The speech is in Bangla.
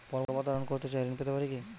পর্বত আরোহণ করতে চাই ঋণ পেতে পারে কি?